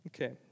Okay